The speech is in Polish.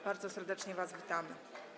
Bardzo serdecznie was witamy.